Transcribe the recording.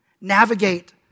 navigate